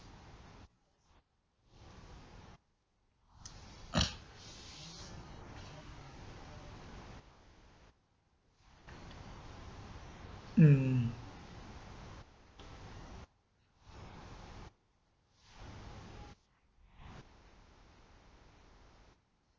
mm